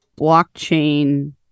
blockchain